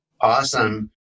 Awesome